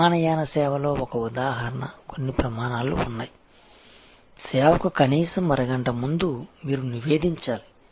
విమానయాన సేవలో ఒక ఉదాహరణ కొన్ని ప్రమాణాలు ఉన్నాయి సేవకు కనీసం అరగంట ముందు మీరు నివేదించాలి